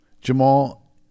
Jamal